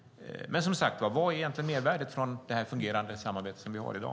Men vad är, som sagt var, mervärdet utöver det fungerande samarbete som vi har i dag?